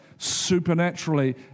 supernaturally